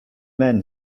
men